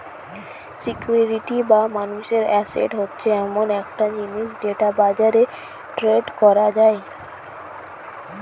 security বা মানুষের asset হচ্ছে এমন একটা জিনিস যেটা বাজারে ট্রেড করা যায়